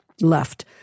left